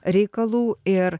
reikalų ir